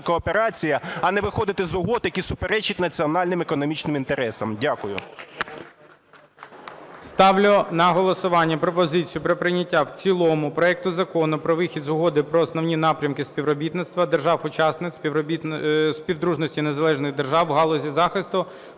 кооперація, а не виходити з угод, які суперечать національним економічним інтересам. Дякую. ГОЛОВУЮЧИЙ. Ставлю на голосування пропозицію про прийняття в цілому проект Закону про вихід з Угоди про основні напрями співробітництва держав - учасниць Співдружності Незалежних Держав в галузі захисту